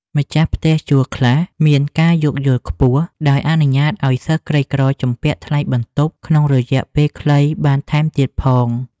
ម្ចាស់ផ្ទះជួលខ្លះមានការយោគយល់ខ្ពស់ដោយអនុញ្ញាតឱ្យសិស្សក្រីក្រជំពាក់ថ្លៃបន្ទប់ក្នុងរយៈពេលខ្លីបានថែមទៀតផង។